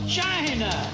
China